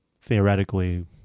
theoretically